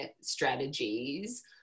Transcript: strategies